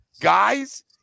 guys